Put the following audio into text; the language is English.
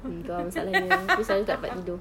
mm itu ah masalahnya kita selalu tak dapat tidur